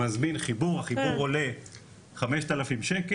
הוא מזמין חיבור, החיבור עולה 5,000 ש"ח,